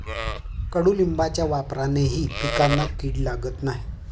कडुलिंबाच्या वापरानेही पिकांना कीड लागत नाही